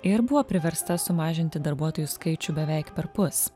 ir buvo priversta sumažinti darbuotojų skaičių beveik perpus